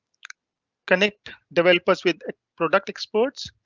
connect developers with product exports.